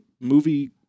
movie